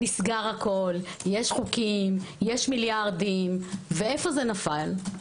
נסגר הכול, יש חוקים, יש מיליארדים, ואיפה זה נפל?